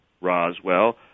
Roswell